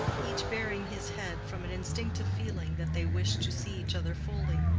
each baring his head from an instinctive feeling that they wished to see each other fully.